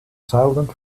silent